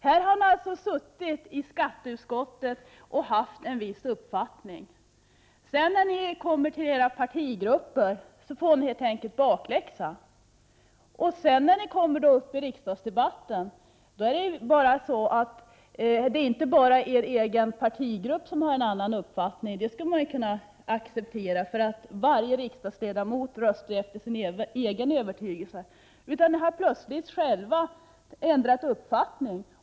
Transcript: Här har ni alltså suttit i skatteutskottet och haft en viss uppfattning, och när ni sedan kommer till era partigrupper får ni helt enkelt bakläxa. När ni går upp i riksdagsdebatten är det inte bara er egen partigrupp som har en annan uppfattning — vilket man skulle kunna acceptera, då varje riksdagsledamot röstar efter sin egen övertygelse — utan ni har själva plötsligt ändrat uppfattning.